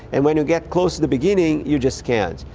and when you get close to the beginning, you just can't,